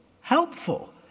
helpful